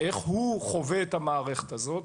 איך הוא חווה את המערכת הזאת.